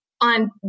on